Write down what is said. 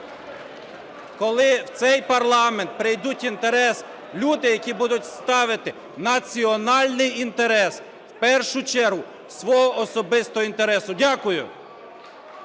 Коли в цей парламент прийдуть інтерес… люди, які будуть ставити національний інтерес в першу чергу свого особистого інтересу. Дякую.